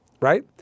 right